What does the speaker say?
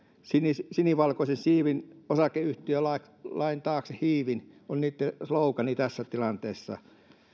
sinivalkoisin siivin osakeyhtiölain taakse hiivin on sen slogan tässä tilanteessa